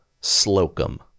Slocum